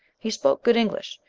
he spoke good english.